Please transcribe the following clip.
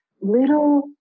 little